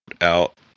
out